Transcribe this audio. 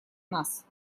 нас